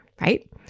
right